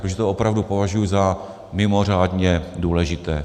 Takže to opravdu považuji za mimořádně důležité.